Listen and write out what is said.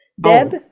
Deb